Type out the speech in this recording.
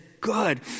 good